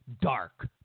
dark